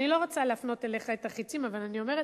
אני לא רוצה להפנות אליך את החצים, אבל אני אומרת,